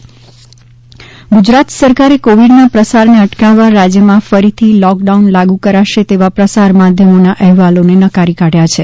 Gujarat covid Gujarat સરકારે કોવિડના પ્રસારને અટકાવવા રાજ્યમાં ફરીથી લોકડાઉન લાગુ કરાશે તેવા પ્રસાર માધ્યમોના આહેવાલોને નકારી કાઢ્યા છે